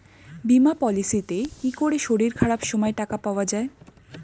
বীমা পলিসিতে কি করে শরীর খারাপ সময় টাকা পাওয়া যায়?